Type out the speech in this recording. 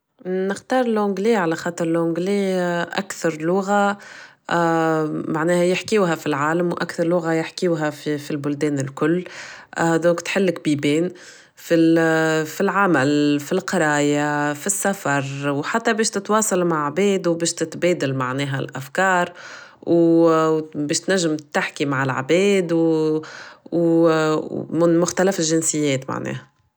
نختار اللونجلي على خاطر اللونجلي أكثر لغة ااا معناها يحكيوها في العالم وأكثر لغة يحكيوها في البلدان الكل ااا ذوك تحلك بيبين في العمل في القراية في السفر وحتى بيش تتواصلو مع عباد وبيش تتبادل معناها الأفكار وبيش تنجم تحكي مع العباد ومن مختلف الجنسيات معناها.